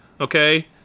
Okay